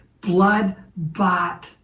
blood-bought